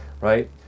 right